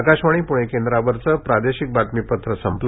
आकाशवाणी पूणे केंद्रावरचं प्रादेशिक बातमीपत्र संपलं